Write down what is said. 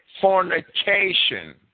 fornication